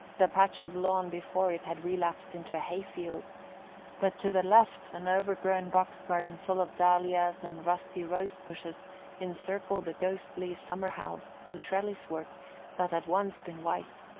the patch of lawn before it had relapsed into a hay-field but to the left an overgrown box-garden full of dahlias and rusty rose-bushes encircled a ghostly summer-house of trellis-work that had once been white,